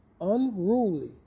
unruly